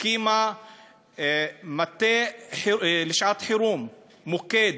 שהקימה מטה לשעת-חירום, מוקד: